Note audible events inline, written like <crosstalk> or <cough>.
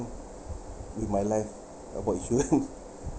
with my life about insurance <laughs>